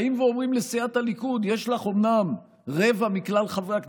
באים ואומרים לסיעת הליכוד: אומנם יש לך רבע מכלל חברי הכנסת,